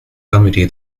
committee